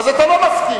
אז אתה לא מסכים.